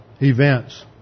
events